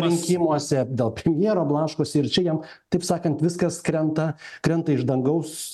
rinkimuose dėl premjero blaškosi ir čia jam taip sakant viskas krenta krenta iš dangaus